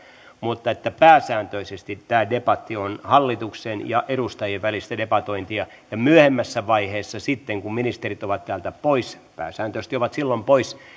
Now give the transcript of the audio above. mutta pääsääntöisesti tämä debatti on hallituksen ja edustajien välistä debatointia ja myöhemmässä vaiheessa sitten kun ministerit ovat täältä poissa pääsääntöisesti ovat silloin